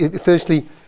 firstly